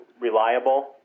reliable